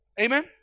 Amen